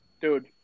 dude